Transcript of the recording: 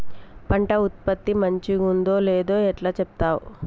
పంట ఉత్పత్తి మంచిగుందో లేదో ఎట్లా చెప్తవ్?